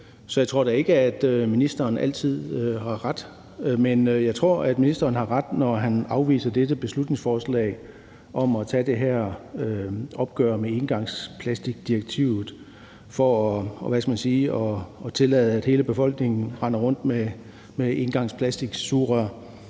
Så jeg tror da ikke, at ministeren altid har ret. Men jeg tror, at ministeren har ret, når han afviser dette beslutningsforslag om at tage det her opgør med engangsplastdirektivet for at, hvad skal man sige, tillade, at hele befolkningen render rundt med engangsplastiksugerør.